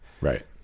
right